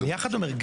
אני יחד אומר,